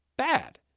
bad